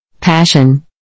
Passion